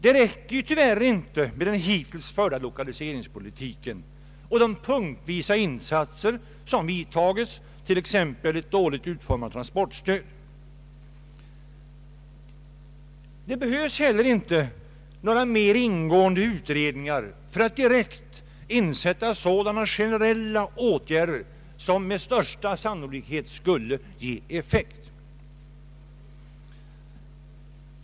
Det räcker tyvärr inte med den hittills förda lokaliseringspolitiken och de insatser som punktvis vidtagits, t.ex. ett dåligt utformat transportstöd. Det behövs heller inte några mer ingående utredningar för att direkt sätta in generella åtgärder som med största sannolikhet skulle ge en effekt.